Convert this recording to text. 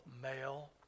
male